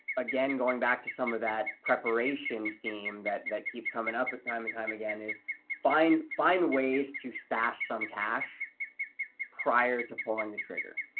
again, going back to some of that preparation theme that that keeps coming up time and time again, is find find ways to stash some cash prior to pulling the trigger.